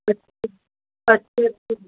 ਅੱਛਾ ਅੱਛਾ ਅੱਛਾ